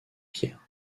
pierre